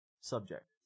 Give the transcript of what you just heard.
subject